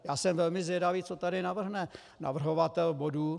Já jsem velmi zvědavý, co tady navrhne navrhovatel bodu.